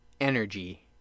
energy